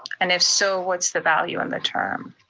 and if so, what's the value on the term?